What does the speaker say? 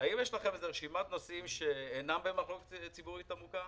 האם יש לכם רשימת נושאים שאינם במחלוקת ציבורית עמוקה?